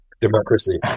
democracy